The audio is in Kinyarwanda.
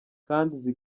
kandi